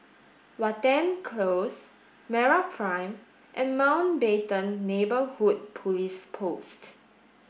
Watten Close MeraPrime and Mountbatten Neighbourhood Police Post